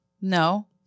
No